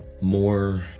more